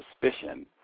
suspicion